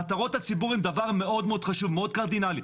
מטרות הציבור הן דבר מאוד חשוב, מאוד קרדינלי.